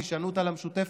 בהישענות על המשותפת.